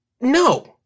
No